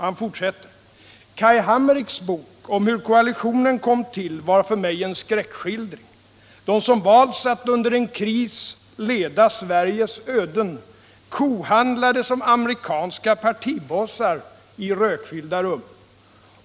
Kai Hammerichs bok om hur koalitionen kom till var för mig en skräckskildring. De som valts att under en kris leda Sveriges öden kohandlade som amerikanska partibossar i rökfyllda rum.